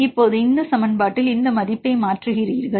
இப்போது இந்த சமன்பாட்டில் இந்த மதிப்பை மாற்றுகிறீர்கள்